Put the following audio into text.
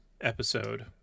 episode